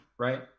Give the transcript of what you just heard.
Right